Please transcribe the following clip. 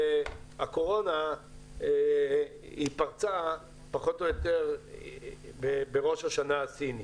הקורונה פרצה פחות או יותר בראש השנה הסיני,